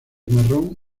marrón